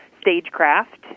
StageCraft